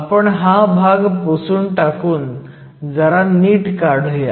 आपण हा भाग पुसून टाकून जरा नीट काढुयात